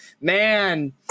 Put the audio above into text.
man